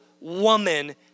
woman